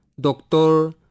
doctor